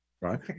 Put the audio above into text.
Right